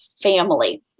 family